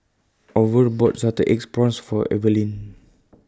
Orval bought Salted Egg Prawns For Evaline